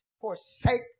forsake